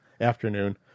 afternoon